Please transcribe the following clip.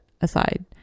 aside